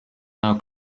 now